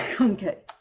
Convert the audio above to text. Okay